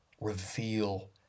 reveal